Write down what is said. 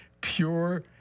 pure